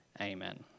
Amen